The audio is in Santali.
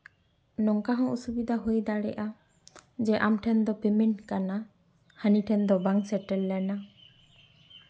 ᱱᱚᱝᱠᱟ ᱦᱚᱸ ᱚᱥᱩᱵᱤᱫᱟ ᱦᱩᱭ ᱫᱟᱲᱮᱭᱟᱜᱼᱟ ᱡᱮ ᱟᱢ ᱴᱷᱮᱱ ᱫᱚ ᱯᱮᱢᱮᱱᱴ ᱠᱟᱱᱟ ᱦᱟᱹᱱᱤ ᱴᱷᱮᱱ ᱫᱚ ᱵᱟᱝ ᱥᱮᱴᱮᱨ ᱞᱮᱱᱟ